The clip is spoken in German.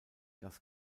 das